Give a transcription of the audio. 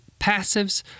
passives